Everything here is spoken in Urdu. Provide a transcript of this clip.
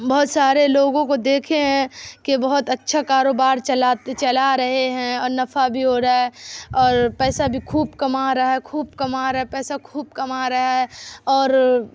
بہت سارے لوگوں کو دیکھے ہیں کہ بہت اچھا کاروبار چلا رہے ہیں اور نفع بھی ہو رہا ہے اور پیسہ بھی خوب کما رہا ہے خوب کما رہا ہے پیسہ خوب کما رہا ہے اور